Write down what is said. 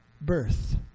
birth